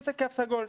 כן תו סגול.